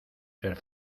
ser